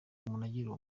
ubumuntu